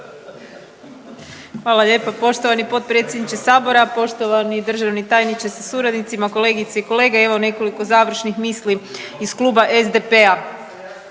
Hvala lijepo poštovani potpredsjedniče sabora. Poštovani državni tajniče sa suradnicima, kolegice i kolege, evo nekoliko završnih misli iz Kluba SDP-a.